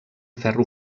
ferro